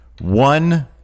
One